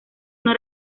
una